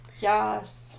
Yes